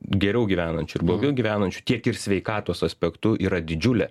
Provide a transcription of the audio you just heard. geriau gyvenančių ir blogiau gyvenančių tiek ir sveikatos aspektu yra didžiulė